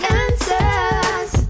answers